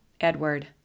Edward